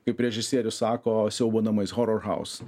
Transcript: kaip režisierius sako siaubo namais horor haus